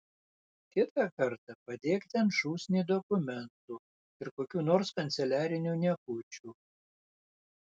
kitą kartą padėk ten šūsnį dokumentų ir kokių nors kanceliarinių niekučių